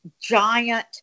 giant